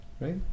right